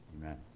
amen